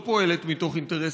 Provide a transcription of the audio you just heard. היא לא פועלת מתוך אינטרסים.